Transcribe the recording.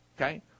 Okay